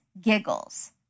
Giggles